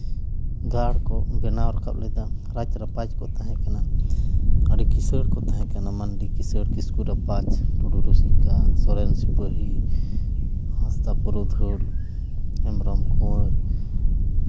ᱜᱟᱲ ᱠᱚ ᱵᱮᱱᱟᱣ ᱨᱟᱠᱟᱵ ᱞᱮᱫᱟ ᱨᱟᱡᱽ ᱨᱟᱯᱟᱡᱽ ᱠᱚ ᱛᱟᱦᱮᱸ ᱠᱟᱱᱟ ᱟᱹᱰᱤ ᱠᱤᱥᱟᱹᱲ ᱠᱚ ᱛᱟᱦᱮᱸ ᱠᱟᱱᱟ ᱢᱟᱹᱱᱰᱤ ᱠᱤᱥᱟᱹᱬ ᱠᱤᱥᱠᱩ ᱨᱟᱯᱟᱡᱽ ᱴᱩᱰᱩ ᱨᱩᱥᱤᱠᱟ ᱥᱚᱨᱮᱱ ᱥᱤᱯᱟᱹᱦᱤ ᱦᱟᱸᱥᱫᱟ ᱯᱩᱨᱩᱫᱷᱩᱞ ᱦᱮᱢᱵᱨᱚᱢ ᱠᱩᱣᱟᱹᱨ